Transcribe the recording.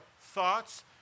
thoughts